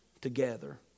together